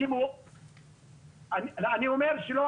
אני אומר שלא,